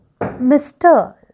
Mr